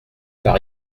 par